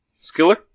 Skiller